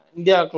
India